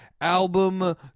album